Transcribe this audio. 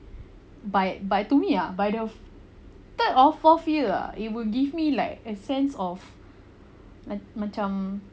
but but to me ah by the third or fourth year ah it will give me like a sense of macam